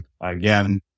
again